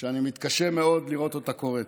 שאני מתקשה מאוד לראות אותה קורית.